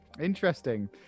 Interesting